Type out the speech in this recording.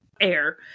air